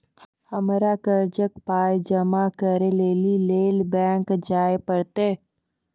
हमरा कर्जक पाय जमा करै लेली लेल बैंक जाए परतै?